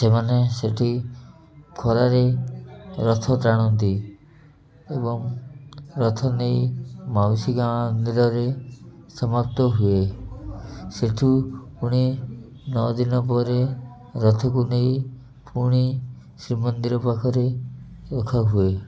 ସେମାନେ ସେଇଠି ଖରାରେ ରଥ ଟାଣନ୍ତି ଏବଂ ରଥ ନେଇ ମାଉସୀ ଗାଁରରେ ସମାପ୍ତ ହୁଏ ସେଇଠୁ ପୁଣି ନଅ ଦିନ ପରେ ରଥକୁ ନେଇ ପୁଣି ଶ୍ରୀମନ୍ଦିର ପାଖରେ ରଖା ହୁଏ